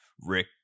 Rick